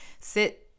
sit